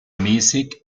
mäßig